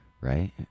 right